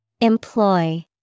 Employ